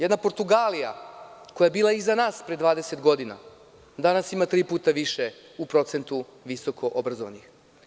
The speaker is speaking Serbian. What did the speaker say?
Jedna Portugalija, koja je bila iza nas pre 20 godina, danas ima tri puta više u procentu visoko obrazovanih.